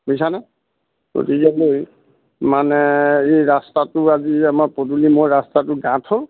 বুজিছা নে গতিকেলৈ মানে এই ৰাস্তাটো আজি আমাৰ পদূলি মূৰত ৰাস্তাটো গাঁত হ'ল